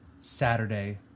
Saturday